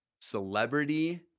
Celebrity